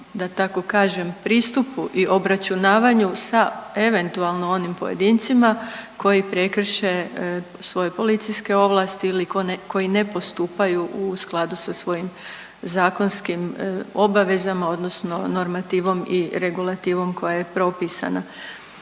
da tako kažem pristupu i obračunavanju sa eventualnom onim pojedincima koji prekrše svoje policijske ovlasti ili koji ne postupaju u skladu sa svojim zakonskim obavezama odnosno normativom i regulativom koja je propisana.